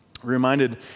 reminded